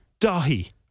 Dahi